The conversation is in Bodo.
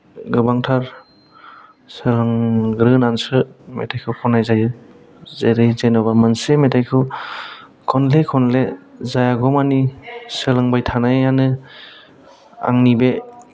गोबांथार सोलोंग्रोनानैसो मेथाइखौ खननाय जायो जेरै जेनबा मोनसे मेथाइखौ खनले खनले जायागौमानि सोलोंबाय थानायानो आंनि बे